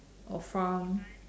or from